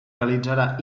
realitzarà